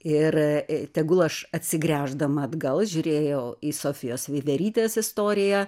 ir i tegul aš atsigręždama atgal žiūrėjau į sofijos veiverytės istoriją